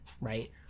right